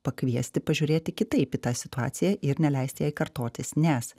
pakviesti pažiūrėti kitaip į tą situaciją ir neleisti jai kartotis nes